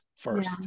first